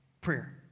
prayer